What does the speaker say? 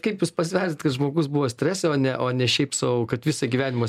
kaip jūs pasidarėt kad žmogus buvo strese o ne o ne šiaip sau kad visą gyvenimą